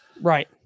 Right